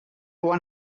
won